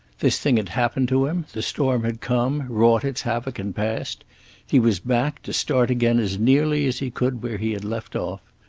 this thing had happened to him the storm had come, wrought its havoc and passed he was back, to start again as nearly as he could where he had left off.